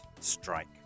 strike